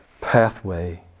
pathway